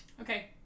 Okay